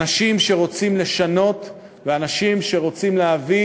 אנשים שרוצים לשנות, ואנשים שרוצים להביא